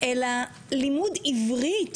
אלא אפילו לימוד עברית